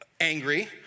angry